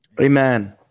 Amen